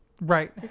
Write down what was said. right